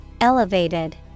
Elevated